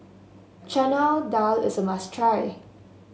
Chana Dal is a must try